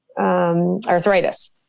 arthritis